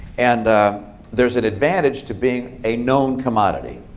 and there's an advantage to being a known commodity.